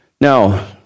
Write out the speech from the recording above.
Now